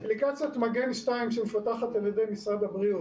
אפליקציית מגן 2 שמפותחת על ידי משרד הבריאות